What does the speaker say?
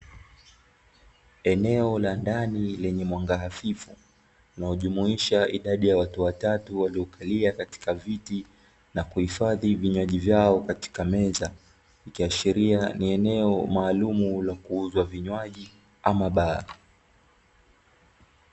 Eneo la ndani lenye mwanga hafifu, unaojumuisha idadi ya watu watatu waliokalia katika viti na kuhifadhi vinywaji vyao katika meza, likiashiria ni eneo maalumu la kuuzwa vinywaji ama baa.